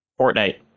Fortnite